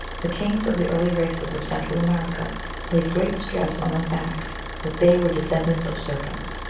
the kings of the early races of central america laid great stress on the fact that they were descendants of serpents.